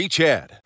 Chad